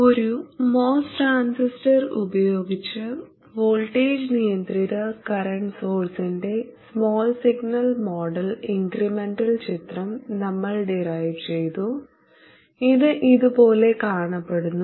ഒരു MOS transistor ഉപയോഗിച്ച് voltage നിയന്ത്രിത കറന്റ് സോഴ്സിന്റെ സ്മാൾ സിഗ്നൽ മോഡൽ ഇൻക്രിമെന്റൽ ചിത്രം നമ്മൾ ഡിറൈവ് ചെയ്തു ഇത് ഇതുപോലെ കാണപ്പെടുന്നു